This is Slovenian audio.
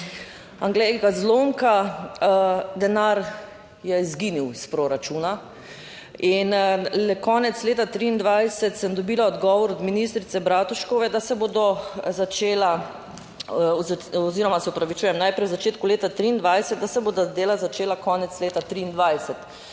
A glej ga zlomka, denar je izginil iz proračuna in le konec leta 2023 sem dobila odgovor od ministrice Bratuškove, da se bodo začela oziroma se opravičujem, najprej v začetku leta 2023, da se bodo dela začela konec leta 2023.